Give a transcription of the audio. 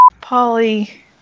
Polly